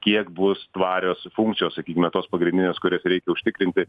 kiek bus tvarios funkcijos sakykime tos pagrindinės kurias reikia užtikrinti